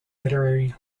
literary